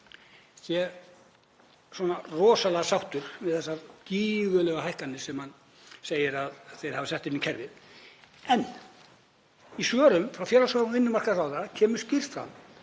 sé svona rosalega sáttur við þessar gífurlegu hækkanir sem hann segir að þeir hafi sett inn í kerfið. En í svörum frá félags- og vinnumarkaðsráðherra kemur skýrt fram